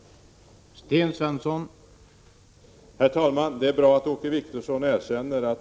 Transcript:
8 april 1987